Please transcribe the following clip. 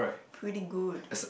pretty good